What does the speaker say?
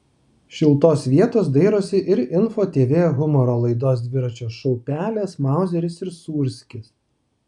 šiltos vietos dairosi ir info tv humoro laidos dviračio šou pelės mauzeris ir sūrskis